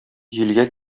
җилгә